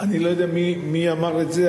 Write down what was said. אני לא יודע מי אמר את זה,